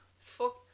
Fuck